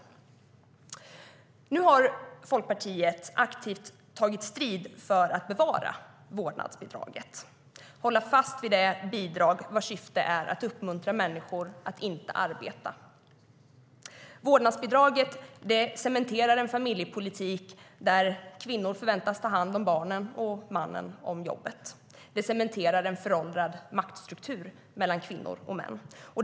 Nu har Folkpartiet aktivt tagit strid för att bevara vårdnadsbidraget - för att hålla fast vid det bidrag vars syfte är att uppmuntra människor att inte arbeta. Vårdnadsbidraget cementerar en familjepolitik där kvinnor förväntas ta hand om barnen och mannen om jobbet. Det cementerar en föråldrad maktstruktur mellan kvinnor och män.